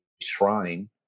shrine